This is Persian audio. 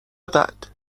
بعد